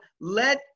let